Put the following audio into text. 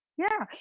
yeah,